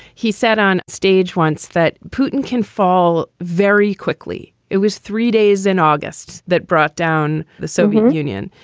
he said on stage once that putin can fall very quickly. it was three days in august that brought down the soviet union.